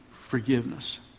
forgiveness